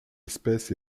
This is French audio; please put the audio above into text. espèce